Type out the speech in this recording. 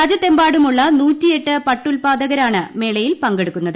രാജൃത്തെമ്പാടുമുള്ള നൂറ്റിയെട്ട് പട്ടുൽപ്പാദകരാണ് മേളയിൽ പങ്കെടുക്കുന്നത്